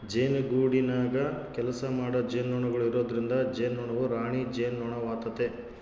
ಜೇನುಗೂಡಿನಗ ಕೆಲಸಮಾಡೊ ಜೇನುನೊಣಗಳು ಇರೊದ್ರಿಂದ ಜೇನುನೊಣವು ರಾಣಿ ಜೇನುನೊಣವಾತತೆ